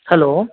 hello